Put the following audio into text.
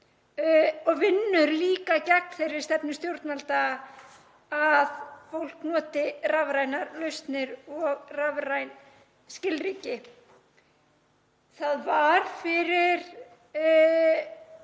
og vinnur líka gegn þeirri stefnu stjórnvalda að fólk noti rafrænar lausnir og rafræn skilríki. Fyrir